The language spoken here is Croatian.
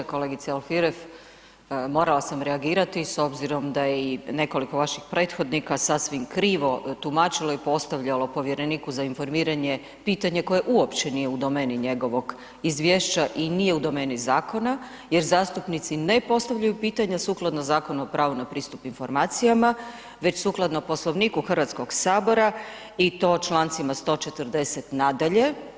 Kolegice Alfirev, morala sam reagirati s obzirom da je i nekoliko vaših prethodnika sasvim krivo tumačilo i postavljalo povjereniku za informiranje pitanje koje uopće nije u domeni njegovog izvješća i nije u domeni zakona jer zastupnici ne postavljaju pitanja sukladno Zakonu o pravu na pristup informacijama, već sukladno Poslovniku HS i to čl. 140. nadalje.